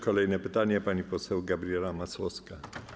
Kolejne pytanie, pani poseł Gabriela Masłowska.